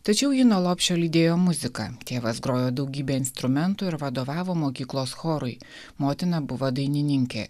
tačiau jį nuo lopšio lydėjo muzika tėvas grojo daugybe instrumentų ir vadovavo mokyklos chorui motina buvo dainininkė